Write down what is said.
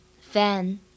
fan